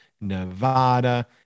Nevada